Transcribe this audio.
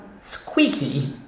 Squeaky